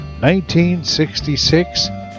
1966